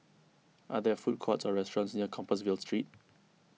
are there food courts or restaurants near Compassvale Street